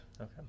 Okay